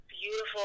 Beautiful